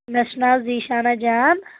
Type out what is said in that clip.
مےٚ چھُ ناو زیٖشانہ جان